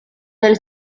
del